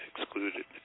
excluded